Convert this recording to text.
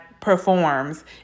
performs